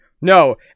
No